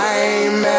Time